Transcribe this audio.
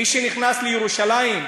מי שנכנס לירושלים,